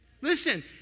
Listen